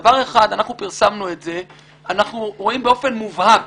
אנחנו פרסמנו את זה ואנחנו רואים באופן מובהק